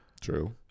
true